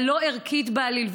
הלא-ערכית בעליל,